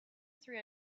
three